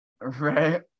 right